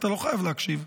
אתה לא חייב להקשיב.